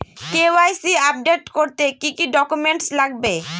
KYC update করতে কি কি ডকুমেন্টস লাগবে?